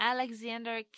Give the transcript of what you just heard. （Alexander